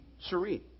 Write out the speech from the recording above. serene